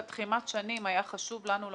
רציתי להזכיר שהנושא של תחימת השנים היה חשוב לנו,